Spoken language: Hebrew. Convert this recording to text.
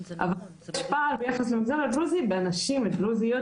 אבל אין השפעה ביחס למגזר הדרוזי בנשים דרוזיות,